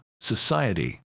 society